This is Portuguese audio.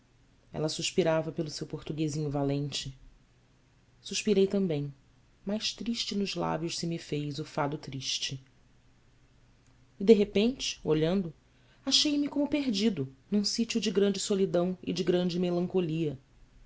ela suspirava pelo seu portuguesinho valente suspirei também mais triste nos lábios se me fez o fado triste e de repente olhando achei-me como perdido num sítio de grande solidão e de grande melancolia